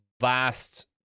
vast